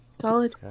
Solid